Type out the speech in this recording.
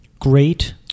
Great